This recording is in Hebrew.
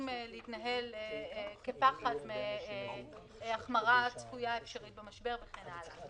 להתנהל כפחד מהחמרה צפויה אפשרית במשבר וכן הלאה.